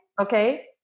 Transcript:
Okay